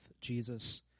Jesus